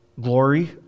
glory